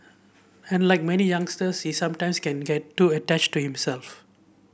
and like many youngsters he sometimes can get too attached to himself